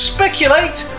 Speculate